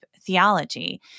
theology